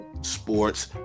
sports